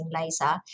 laser